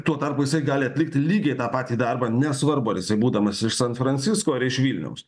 tuo tarpu jisai gali atlikti lygiai tą patį darbą nesvarbu ar būdamas iš san francisko ar iš vilniaus